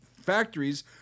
factories